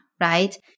right